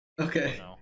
Okay